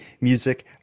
music